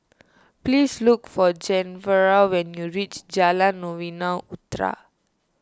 please look for Genevra when you reach Jalan Novena Utara